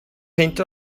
peint